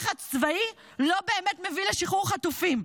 לחץ צבאי לא באמת מביא לשחרור חטופים.